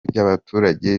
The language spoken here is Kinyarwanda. by’abaturage